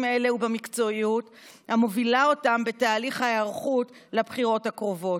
האלה ובמקצועיות המובילה אותם בתהליך ההיערכות לבחירות הקרובות,